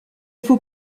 faut